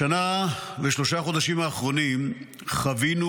בשנה ושלושת החודשים האחרונים חווינו,